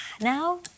Now